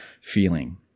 feeling